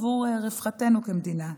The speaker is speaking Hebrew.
עבור רווחתנו כמדינה.